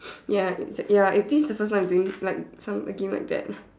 ya it ya this the first time I'm doing like some a game like that